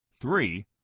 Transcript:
three